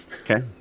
Okay